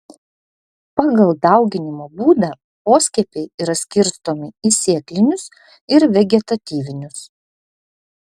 pagal dauginimo būdą poskiepiai yra skirstomi į sėklinius ir vegetatyvinius